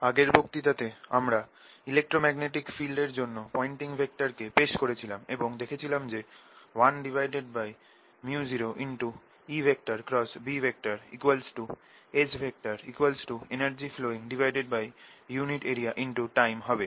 আগের বক্তৃতাতে আমরা ইলেক্ট্রোম্যাগনেটিক ফিল্ড এর জন্য পয়েন্টিং ভেক্টর কে পেশ করেছিলাম এবং দেখিয়েছিলাম যে 1µ0EBS energy flowingarea×time হবে